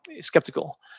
skeptical